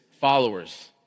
followers